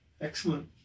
Excellent